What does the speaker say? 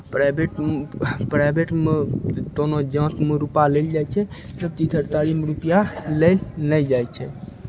private प्राइवेटमे तोनो जाँचमे रुपैआ लेल जाइ छै दबति सरतारीमे रुपैआ लेल नहि जाइ छै